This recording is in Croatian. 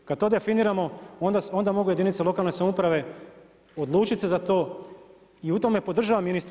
Kad to definiramo onda mogu jedinice lokalne samouprave odlučiti se za to i u tome podržavam ministra.